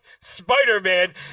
Spider-Man